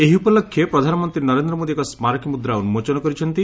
ଏହି ଉପଲକ୍ଷେ ପ୍ରଧାନମନ୍ତ୍ରୀ ନରେନ୍ଦ୍ର ମୋଦି ଏକ ସ୍କାରକୀ ମୁଦ୍ରା ଉନ୍ମୋଚନ କରିଛନ୍ତି